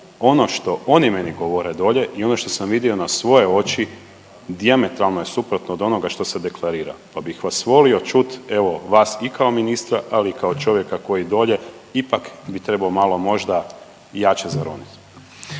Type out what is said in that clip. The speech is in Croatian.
Ono što oni meni govore dolje i ono što sam vidio na svoje oči dijametralno je suprotno od onoga što se deklarira. Pa bih vas volio čuti evo vas i kao ministra, ali i kao čovjeka koji dolje ipak bi trebao malo možda jače zaroniti.